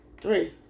Three